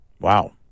Wow